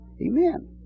Amen